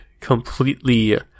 completely